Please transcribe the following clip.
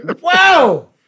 Wow